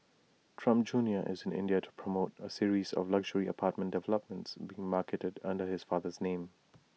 Trump junior is in India to promote A series of luxury apartment developments being marketed under his father's name